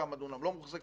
כמה דונמים לא מוחזקים,